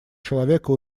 человека